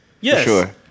Yes